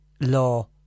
law